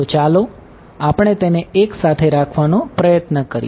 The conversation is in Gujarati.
તો ચાલો આપણે તેને એક સાથે રાખવાનો પ્રયત્ન કરીએ